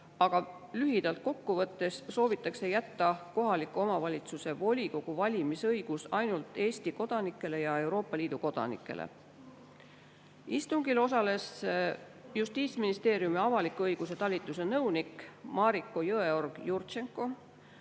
aga lühidalt kokku võttes soovitakse jätta kohaliku omavalitsuse volikogu valimise õigus ainult Eesti kodanikele ja Euroopa Liidu [riikide] kodanikele. Istungil osales Justiitsministeeriumi avaliku õiguse talituse nõunik Mariko Jõeorg-Jurtšenko.